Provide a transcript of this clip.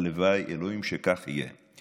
הלוואי, אלוהים, שכך יהיה.